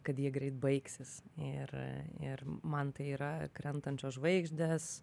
kad jie greit baigsis ir ir man tai yra krentančios žvaigždės